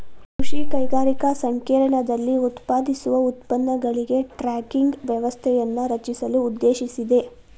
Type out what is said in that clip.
ಕೃಷಿ ಕೈಗಾರಿಕಾ ಸಂಕೇರ್ಣದಲ್ಲಿ ಉತ್ಪಾದಿಸುವ ಉತ್ಪನ್ನಗಳಿಗೆ ಟ್ರ್ಯಾಕಿಂಗ್ ವ್ಯವಸ್ಥೆಯನ್ನು ರಚಿಸಲು ಉದ್ದೇಶಿಸಿದೆ